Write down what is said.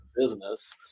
business